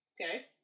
Okay